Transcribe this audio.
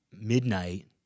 midnight